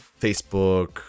Facebook